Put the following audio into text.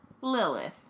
Lilith